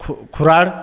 खु खुराड